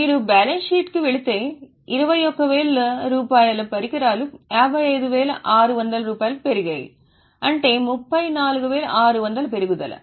మీరు బ్యాలెన్స్ షీట్కు వెళితే 21000 పరికరాలు 55600 కు పెరుగుతున్నాయి అంటే 34600 పెరుగుదల